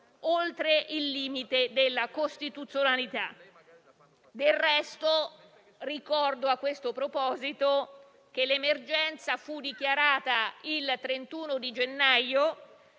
oltre il limite della costituzionalità. Del resto, ricordo a questo proposito che l'emergenza è stata dichiarata il 31 gennaio,